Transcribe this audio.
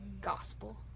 gospel